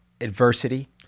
adversity